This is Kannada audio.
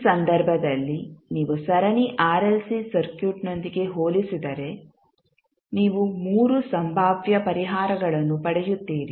ಈ ಸಂದರ್ಭದಲ್ಲಿ ನೀವು ಸರಣಿ ಆರ್ಎಲ್ಸಿ ಸರ್ಕ್ಯೂಟ್ನೊಂದಿಗೆ ಹೋಲಿಸಿದರೆ ನೀವು ಮೂರು ಸಂಭಾವ್ಯ ಪರಿಹಾರಗಳನ್ನು ಪಡೆಯುತ್ತೀರಿ